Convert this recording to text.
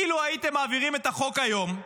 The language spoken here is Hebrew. אילו הייתם מעבירים את החוק היום,